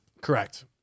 Correct